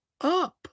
up